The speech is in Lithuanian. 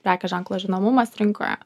prekės ženklo žinomumas rinkoje